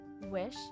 Wish